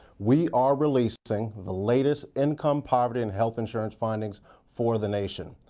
we are releasing the latest income poverty and health insurance findings for the nation.